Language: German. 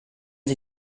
sie